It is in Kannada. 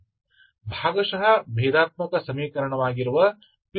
ಆದ್ದರಿಂದ ಭಾಗಶಃ ಭೇದಾತ್ಮಕ ಸಮೀಕರಣವಾಗಿರುವ ಪಿ